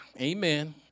Amen